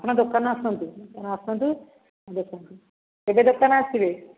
ଆପଣ ଦୋକାନ ଆସନ୍ତୁ ଦୋକାନ ଆସନ୍ତୁ ଦେଖନ୍ତୁ କେବେ ଦୋକାନ ଆସିବେ